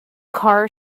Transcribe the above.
car